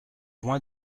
loin